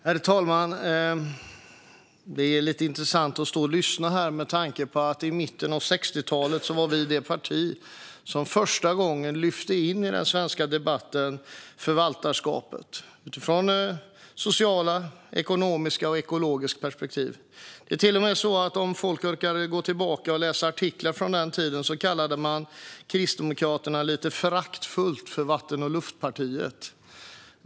Herr talman! Det är lite intressant att stå och lyssna här med tanke på att vi i mitten av 60-talet var det parti som i den svenska debatten för första gången lyfte in idén om förvaltarskap utifrån sociala, ekonomiska och ekologiska perspektiv. Den som orkar gå tillbaka och läsa artiklar från tiden kan till och med se att man lite föraktfullt kallade Kristdemokraterna vatten-och-luft-partiet.